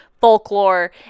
folklore